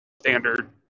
standard